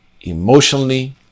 emotionally